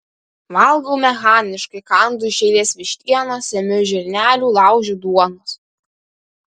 valgau mechaniškai kandu iš eilės vištienos semiu žirnelių laužiu duonos